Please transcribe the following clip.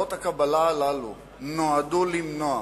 שוועדות הקבלה הללו נועדו למנוע